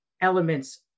elements